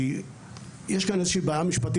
כי יש כאן איזה שהיא בעיה משפטית,